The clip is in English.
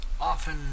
often